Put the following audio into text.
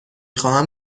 خواهم